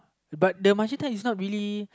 but the is not really